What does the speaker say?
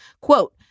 quote